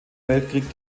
weltkrieg